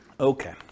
Okay